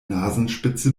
nasenspitze